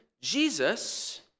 Jesus